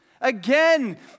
again